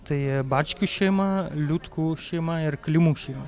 tai bačkių šeima liutkų šeima ir klimušijų